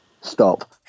stop